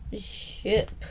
ship